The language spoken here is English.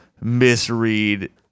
misread